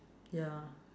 ya